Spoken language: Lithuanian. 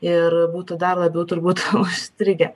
ir būtų dar labiau turbūt užstrigę